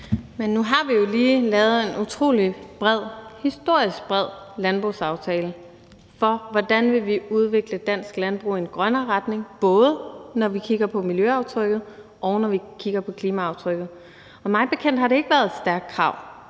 Men nu har vi jo lige lavet en utrolig bred, historisk bred landbrugsaftale om, hvordan vi vil udvikle det danske landbrug i en grønnere retning, både når vi kigger på miljøaftrykket, og når vi kigger på klimaaftrykket. Mig bekendt har det ikke været et stærkt krav